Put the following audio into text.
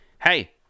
hey